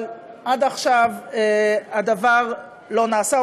אבל עד עכשיו הדבר לא נעשה,